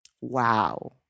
Wow